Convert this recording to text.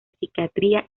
psiquiatría